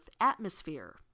atmosphere